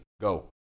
go